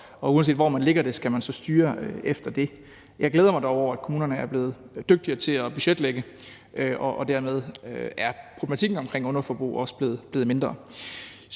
og uanset hvor man lægger det, skal der styres efter det. Jeg glæder mig dog over, at kommunerne er blevet dygtigere til at budgetlægge, for dermed er problematikken med underforbrug også blevet mindre.